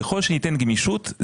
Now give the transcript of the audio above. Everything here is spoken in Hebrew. ככל שניתן גמישות,